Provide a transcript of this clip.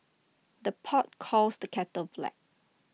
the pot calls the kettle black